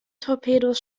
torpedos